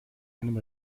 einem